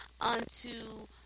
Unto